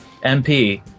MP